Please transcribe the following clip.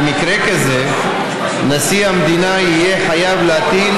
במקרה כזה נשיא המדינה יהיה חייב להטיל